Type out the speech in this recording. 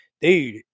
dude